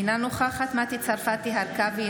אינה נוכחת מטי צרפתי הרכבי,